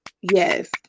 Yes